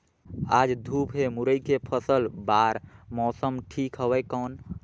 आज धूप हे मुरई के फसल बार मौसम ठीक हवय कौन?